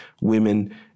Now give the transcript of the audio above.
women